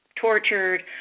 tortured